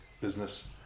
business